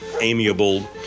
amiable